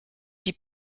die